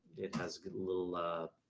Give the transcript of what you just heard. it has a good little, ah,